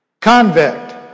Convict